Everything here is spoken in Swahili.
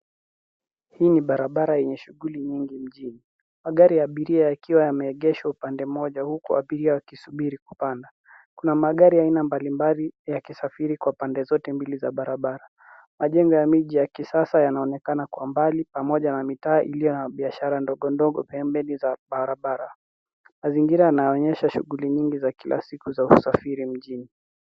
Hii ni barabara yenye shughuli nyingi mjini. Magari ya abiria yakiwa yameegeshwa upande mmoja huku abiria wakisubiri kupanda. Kuna magari aina mbalimbali yakisafiri kwa pande zote mbili za barabara. Majengo ya miji ya kisasa yanaonekana kwa mbali pamoja na mitaa iliyo na biashara ndogondogo pembeni za barabara. Mazingira yanayoonyesha shughuli nyingi za kila siku za usafiri mjini.